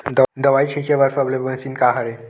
दवाई छिंचे बर सबले मशीन का हरे?